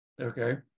Okay